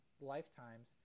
lifetimes